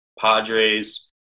Padres